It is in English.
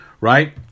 Right